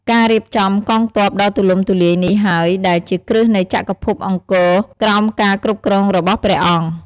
ការរៀបចំកងទ័ពដ៏ទូលំទូលាយនេះហើយដែលជាគ្រឹះនៃចក្រភពអង្គរក្រោមការគ្រប់គ្រងរបស់ព្រះអង្គ។